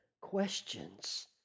questions